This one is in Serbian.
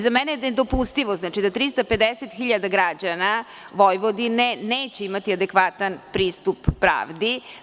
Za mene je nedopustivo da 350.000 građana Vojvodine neće imati adekvatan pristup pravdi.